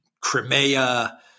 Crimea